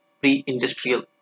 pre-industrial